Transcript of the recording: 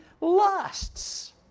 lusts